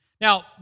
Now